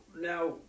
now